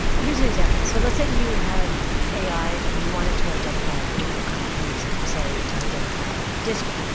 here's an example. so let's say you have ai and you want it to identify a particular kind of music say, to identify disco